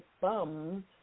Thumbs